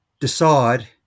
decide